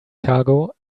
cargo